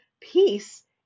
peace